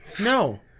No